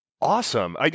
awesome